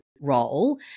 role